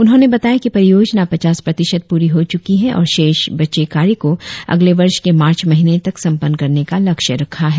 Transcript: उन्होंने बताया कि परियोजना पचास प्रतिशत पूरी हो चुकी है और शेष बचे कार्य को अगले वर्ष के मार्च महीने तक संपन्न करने का लक्ष्य रखा है